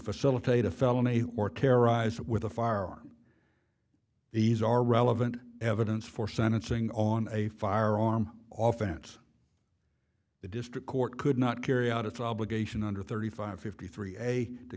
facilitate a felony or terrorize with a firearm these are relevant evidence for sentencing on a firearm often that's the district court could not carry out its obligation under thirty five fifty three